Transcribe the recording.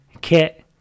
kit